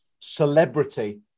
celebrity